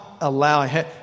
allowing